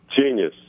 Genius